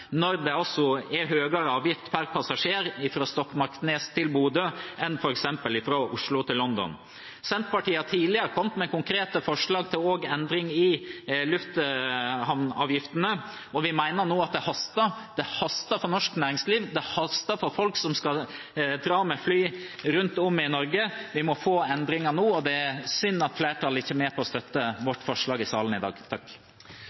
når det er høyere avgift per passasjer fra Stokmarknes til Bodø enn f.eks. fra Oslo til London. Senterpartiet har tidligere kommet med konkrete forslag også til endring i lufthavnavgiftene, og vi mener nå at det haster – det haster for norsk næringsliv, det haster for folk som skal dra med fly rundt om i Norge. Vi må få endringer nå, og det er synd at flertallet ikke er med på å støtte vårt forslag i salen i dag.